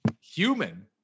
human